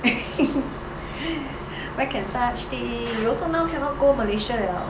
where can such thing you also now cannot go malaysia liao